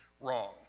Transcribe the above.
wrong